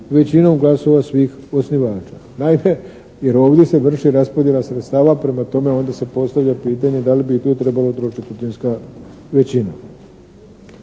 većinom glasova svih osnivača. Naime, jer ovdje se vrši raspodjela sredstava. Prema tome, ovdje se postavlja pitanje da li i tu trebala biti 2/4 većina?